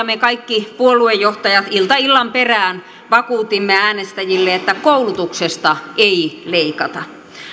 me kaikki puoluejohtajat ilta illan perään vakuutimme äänestäjille että koulutuksesta ei leikata